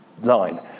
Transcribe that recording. line